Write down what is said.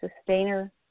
sustainer